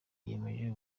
yiyemeje